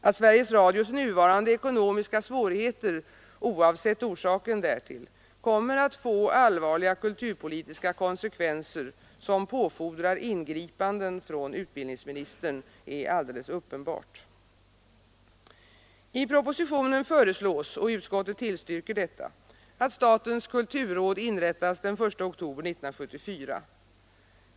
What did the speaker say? Att Sveriges Radios nuvarande ekonomiska svårigheter — oavsett orsaken därtill — kommer att få allvarliga kulturpolitiska konsekvenser, som påfordrar ingripanden från utbildningsministern, är alldeles uppenbart. I propositionen föreslås — och utskottet tillstyrker — att statens kulturråd inrättas den 1 oktober 1974.